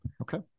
Okay